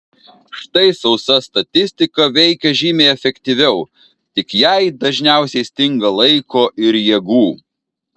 štai sausa statistika veikia žymiai efektyviau tik jai dažniausiai stinga laiko ir jėgų